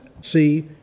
see